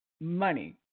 money